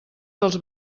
dels